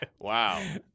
Wow